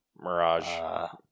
Mirage